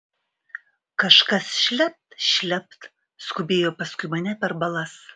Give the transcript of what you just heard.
kažkas šlept šlept skubėjo paskui mane per balas